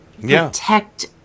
protect